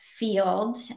Field